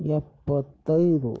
ಎಪ್ಪತ್ತೈದು